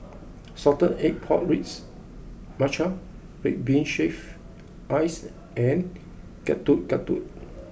Salted Egg Pork Ribs Matcha Red Bean shaved Ice and Getuk Getuk